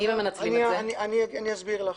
אני אסביר לך.